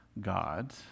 God